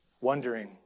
wondering